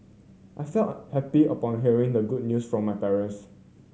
I felt unhappy upon hearing the good news from my parents